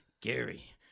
Gary